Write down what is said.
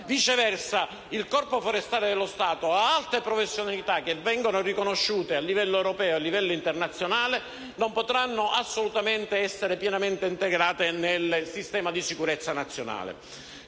mentre il Corpo forestale dello Stato ha alte professionalità che vengono riconosciute a livello europeo e a livello internazionale, che non potranno assolutamente essere pienamente integrate nel sistema di sicurezza nazionale.